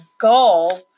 goal